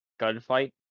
gunfight